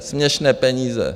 Směšné peníze!